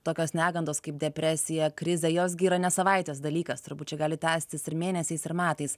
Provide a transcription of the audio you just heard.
tokios negandos kaip depresija krizė jos gi yra ne savaitės dalykas čia turbūt gali tęstis ir mėnesiais ir metais